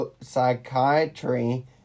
psychiatry